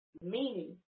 meaning